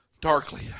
darkly